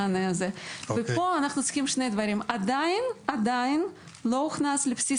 פה אנחנו צריכים שני דברים זה עדיין לא הוכנס לבסיס